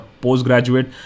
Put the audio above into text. postgraduate